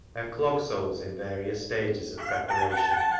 and clog soles in various stages of preparation.